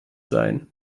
sein